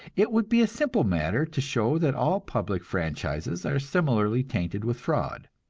it would be a simple matter to show that all public franchises are similarly tainted with fraud.